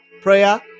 Prayer